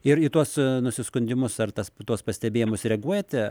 ir į tuos nusiskundimus ar tas tuos pastebėjimus reaguojate